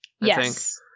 Yes